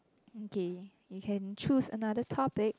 okay you can choose another topic